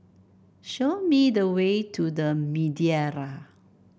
show me the way to The Madeira